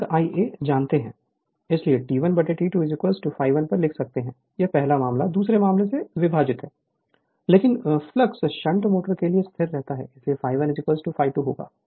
Refer Slide Time 2810 इसलिए हम T1 T2 ∅1 पर लिख सकते हैं यह पहला मामला दूसरे मामले से विभाजित है लेकिन फ्लक्स शंट मोटर के लिए स्थिर रहता है इसलिए ∅1 ∅2 होगा